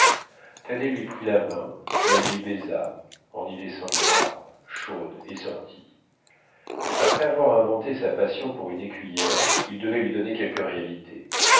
thaddée lui prit la main la lui baisa en y laissant une larme chaude et sortit après avoir inventé sa passion pour une écuyère il devait lui donner quelque réalité